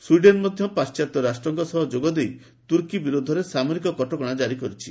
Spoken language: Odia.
ସ୍ୱୀଡେନ୍ ମଧ୍ୟ ପାଶ୍ଚାତ୍ୟ ରାଷ୍ଟ୍ରଙ୍କ ସହ ଯୋଗଦେଇ ତୁର୍କୀ ବିରୋଧରେ ସାମରିକ କଟକଣା ଜାରି କରିଛି